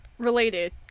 Related